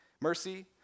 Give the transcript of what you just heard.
mercy